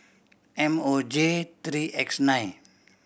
M O J three X nine